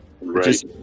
Right